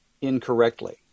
incorrectly